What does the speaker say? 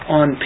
on